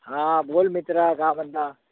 हां बोल मित्रा का म्हणता